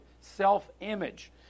self-image